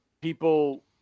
people